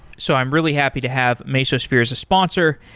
so i'm really happy to have mesosphere as a sponsor,